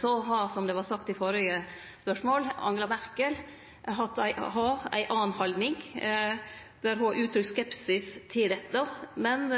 Som det vart sagt i førre spørsmål, har Angela Merkel ei anna haldning. Ho uttrykkjer skepsis til dette, men